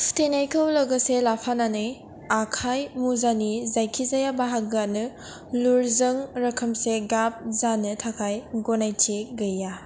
सुथेनायखौ लोगोसे लाफानानै आखाय मुजानि जायखिजाया बाहागोआनो लुरजों रोखोमसे गाब जानो थाखाय गनायथि गैया